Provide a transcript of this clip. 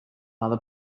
other